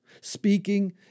Speaking